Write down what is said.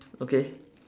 okay